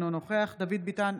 אינו נוכח דוד ביטן,